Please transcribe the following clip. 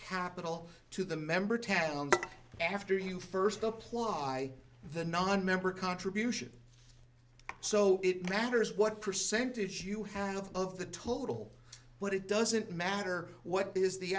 capital to the member town after you first apply the nonmember contribution so it matters what percentage you have of the total but it doesn't matter what is the